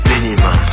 Minimum